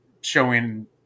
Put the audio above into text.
showing